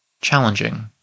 challenging